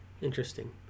Interesting